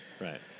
Right